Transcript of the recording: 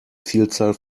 vielzahl